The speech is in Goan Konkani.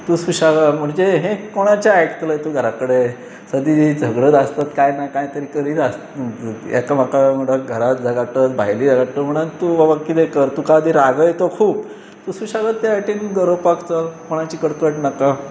तूं सुशेगाद म्हणजे हें कोणाचें आयकतले तूं घरा कडेन सदां झगडत आसतत कांय ना कांय तरी करीत आसत एकामेका वांगड घरा झगडटात भायली झगडटात म्हणन तूं बाबा किदें कर तुका आदी रागय येतो खूब तूं सुशागद ते सायडीन गरोवपाक चल कोणाची कटकट नाका